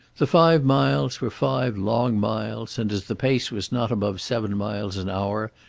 the five miles were five long miles, and as the pace was not above seven miles an hour,